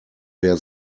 wer